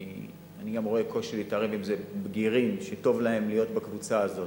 כי אני גם רואה קושי להתערב אם זה בגירים שטוב להם להיות בקבוצה הזאת.